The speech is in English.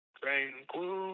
tranquil